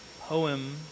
poem